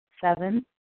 Seven